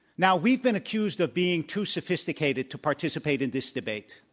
now we've been accused of being too sophisticated to participate in this debate.